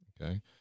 Okay